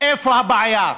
איפה הבעיה,